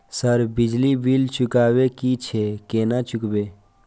Sir बिजली bill चुकाबे की छे केना चुकेबे?